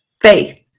faith